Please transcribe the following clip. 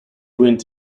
went